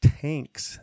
tanks